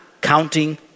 counting